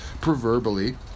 proverbially